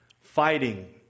fighting